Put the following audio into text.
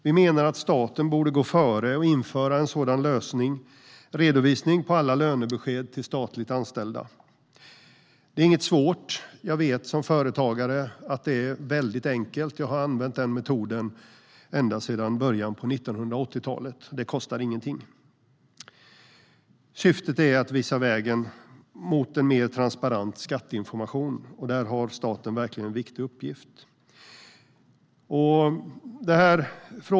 Vi menar att staten borde gå före och införa en sådan redovisning på alla lönebesked till statligt anställda. Det är inte svårt. Som företagare vet jag att det är mycket enkelt. Jag har använt den metoden ända sedan början av 1980-talet. Det kostar ingenting. Syftet är att visa vägen mot en mer transparent skatteinformation, och där har staten verkligen en viktig uppgift.